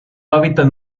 hábitat